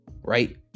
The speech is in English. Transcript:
right